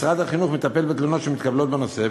משרד החינוך מטפל בתלונות שמתקבלות בנושא,